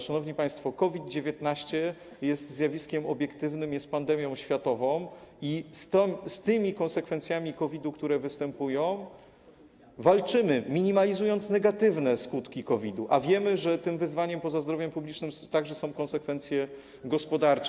Szanowni państwo, COVID-19 jest zjawiskiem obiektywnym, jest pandemią światową i z tymi konsekwencjami COVID-u, które występują, walczymy, minimalizując negatywne skutki COVID-u, a wiemy, że tym wyzwaniem poza zdrowiem publicznym są także konsekwencje gospodarcze.